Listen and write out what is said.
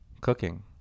cooking